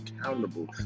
accountable